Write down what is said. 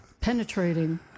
Penetrating